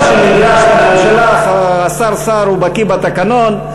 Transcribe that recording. השר סער בקי בתקנון.